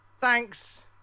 thanks